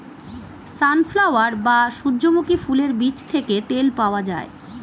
sunflower বা সূর্যমুখী ফুলের বীজ থেকে তেল পাওয়া যায়